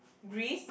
Greece